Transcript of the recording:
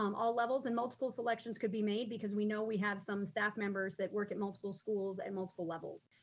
um all levels and multiple selections could be made because we know we have some staff members that work at multiple schools and multiple levels.